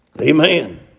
Amen